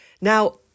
Now